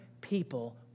people